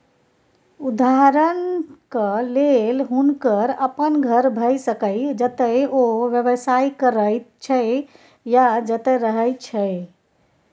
उदहारणक लेल हुनकर अपन घर भए सकैए जतय ओ व्यवसाय करैत छै या जतय रहय छै